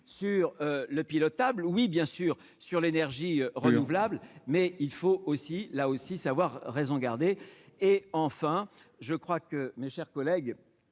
sur le pilotable oui, bien sûr, sur l'énergie renouvelable, mais il faut aussi, là aussi, savoir raison garder et enfin je crois que mes chers collègues,